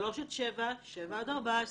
שלוש עד שבע, שבע עד 14,